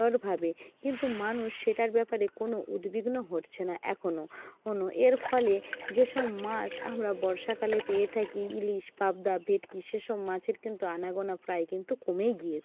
ভাবে কিন্তু মানুষ সেটার ব্যাপারে কোনো উদ্বিগ্ন হচ্ছে না এখনো কোনো এর ফলে যেসব মাছ আমরা বর্ষাকালে পেয়ে থাকি ইলিশ পাবদা ভেটকি সেসব মাছের কিন্তু আনাগোনা প্রায় কিন্তু কমেই গিয়েছে